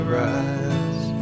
rise